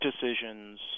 decisions—